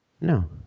No